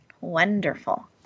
Wonderful